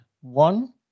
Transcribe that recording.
one